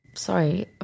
Sorry